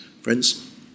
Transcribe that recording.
Friends